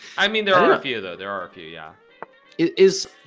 i mean there are a few though there are a few yeah is